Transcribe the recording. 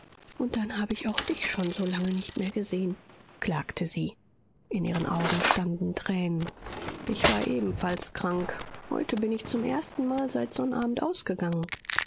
und dann habe ich auch dich schon so lange nicht mehr gesehen klagte sie in ihren augen standen tränen ich war ebenfalls krank heute bin ich zum erstenmal seit sonnabend ausgegangen